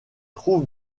trouve